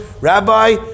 Rabbi